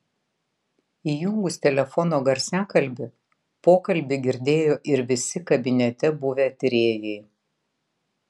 įjungus telefono garsiakalbį pokalbį girdėjo ir visi kabinete buvę tyrėjai